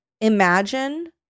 imagine